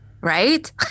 Right